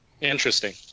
Interesting